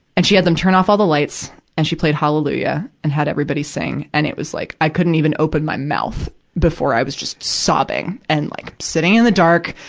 and she had them turn off all the lights, and she played hallelujah, and had everybody sing. and it was, like, i couldn't even open my mouth before i was just sobbing and, like, sitting in the dark,